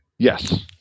Yes